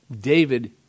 David